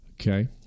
Okay